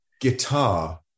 guitar